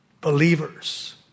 Believers